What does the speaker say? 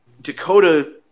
Dakota